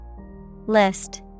List